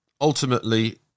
ultimately